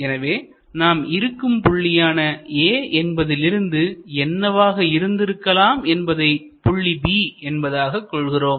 எனவே நாம் இருக்கும் புள்ளியான A என்பதிலிருந்து என்னவாக இருந்திருக்கலாம் என்பதை புள்ளி B என்பதாக கொள்கிறோம்